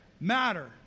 matter